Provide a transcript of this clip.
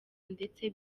ndetse